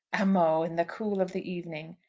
amo in the cool of the evening!